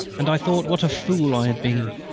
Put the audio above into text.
and i thought what a fool i had been.